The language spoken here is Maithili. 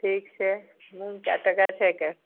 ठीक छै मूँग कै टका छीकै